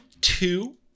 two